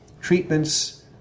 treatments